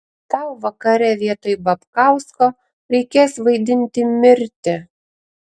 tau vakare vietoj babkausko reikės vaidinti mirtį